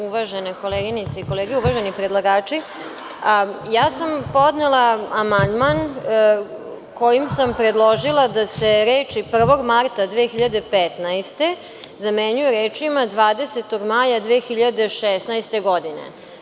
Uvažene koleginice i kolege, uvaženi predlagači, ja sam podnela amandman kojim sam predložila da se reči „1. marta 2015. godine“ zamenjuju rečima „20. maj 2016. godine“